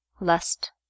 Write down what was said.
lust